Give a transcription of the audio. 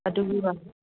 ꯑꯗꯨꯗꯨꯒ